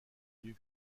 nue